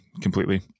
completely